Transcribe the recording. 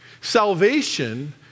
Salvation